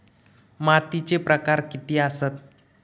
मातीचे प्रकार किती आसत?